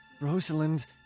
Rosalind